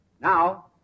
Now